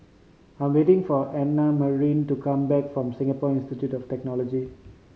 I'm waiting for Annamarie to come back from Singapore Institute of Technology